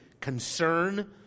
concern